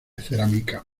cerámica